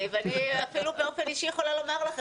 ואני אפילו באופן אישי יכולה לומר לכם,